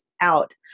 out